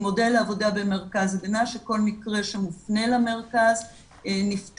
מודל העבודה במרכז נבנה שכל מקרה שמופנה למרכז נפתח